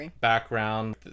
Background